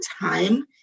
time